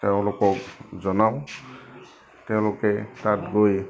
তেওঁলোকক জনাওঁ তেওঁলোকে তাত গৈ